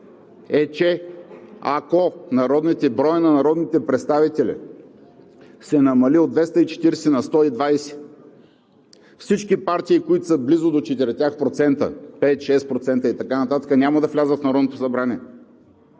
е, че ако броят на народните представители се намали от 240 на 120, всички партии, които са близо до четирите процента – 5%, 6%, няма да влязат в Народното събрание.